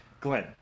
Glenn